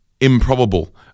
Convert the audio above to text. improbable